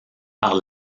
par